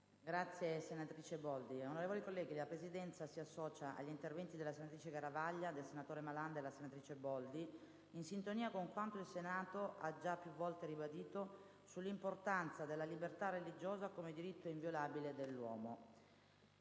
una nuova finestra"). Onorevoli colleghi, la Presidenza si associa agli interventi della senatrice Garavaglia, del senatore Malan e della senatrice Boldi, in sintonia con quanto il Senato ha già più volte ribadito sull'importanza della libertà religiosa come diritto inviolabile dell'uomo.